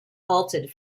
halted